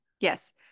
yes